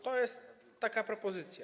To jest taka propozycja.